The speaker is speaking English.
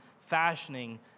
fashioning